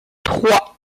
trois